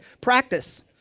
practice